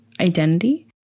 identity